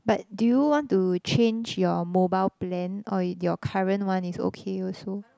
but do you want to change your mobile plan or your current one is okay also